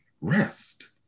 rest